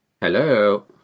Hello